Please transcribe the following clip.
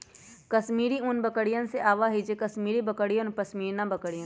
कश्मीरी ऊन बकरियन से आवा हई जैसे कश्मीरी बकरियन और पश्मीना बकरियन